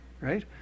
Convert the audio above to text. right